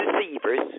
deceivers